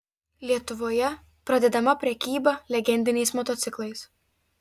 lietuvoje pradedama prekyba legendiniais motociklais